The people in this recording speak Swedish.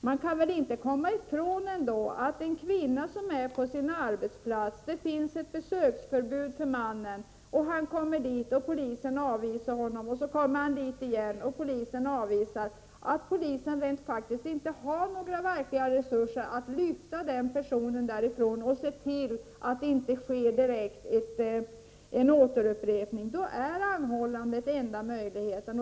Man kan väl ändå inte komma ifrån att när en man som har besöksförbud kommer till kvinnans arbetsplats, avvisas av polisen, kommer dit igen och avvisas på nytt av polisen, som rent faktiskt inte har några verkliga resurser att lyfta den personen därifrån och se till att det inte direkt sker ett återupprepande, då är ett anhållande enda möjligheten.